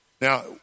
Now